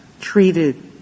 treated